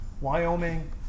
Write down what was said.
Wyoming